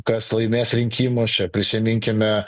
kas laimės rinkimus čia prisiminkime